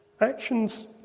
Actions